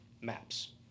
maps